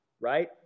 Right